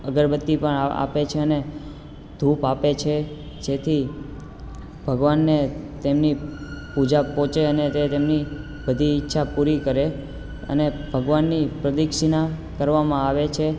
અગરબત્તિ પણ આપે છે અને ધૂપ આપે છે જેથી ભગવાનને તેમની પૂજા પહોંંચે અને તે તેમની બધી ઈચ્છા પૂરી કરે અને ભગવાનની પ્રદક્ષીણા કરવામાં આવે છે